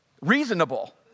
reasonable